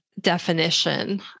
definition